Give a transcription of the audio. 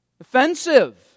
Offensive